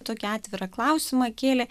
tokį atvirą klausimą kėlė